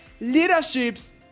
Leadership's